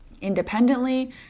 independently